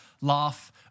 laugh